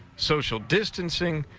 social distancing,